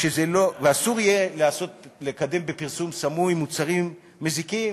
ואסור יהיה לקדם בפרסום סמוי מוצרים מזיקים